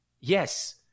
yes